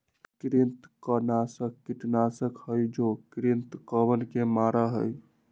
कृंतकनाशक कीटनाशक हई जो कृन्तकवन के मारा हई